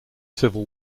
civil